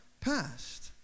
past